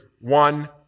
one